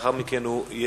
ולאחר מכן הוא יהיה